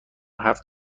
هفت